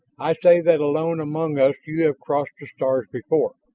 i say that alone among us you have crossed the stars before,